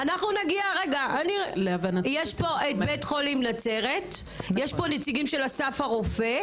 יש את בית החולים בנצרת, יש נציגים של אסף הרופא?